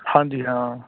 ਹਾਂਜੀ ਹਾਂ